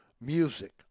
music